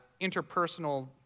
interpersonal